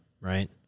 right